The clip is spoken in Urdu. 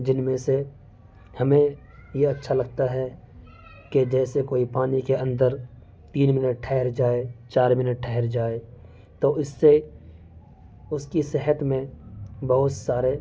جن میں سے ہمیں یہ اچّھا لگتا ہے کہ جیسے کوئی پانی کے اندر تین منٹ ٹھہر جائے چار منٹ ٹھہر جائے تو اس سے اس کی صحت میں بہت سارے